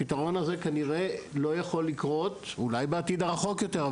הפתרון הזה כנראה לא יכול לקרות אולי בעתיד הרחוק יותר,